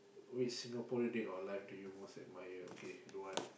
which Singaporean dead or alive do you most admire okay don't want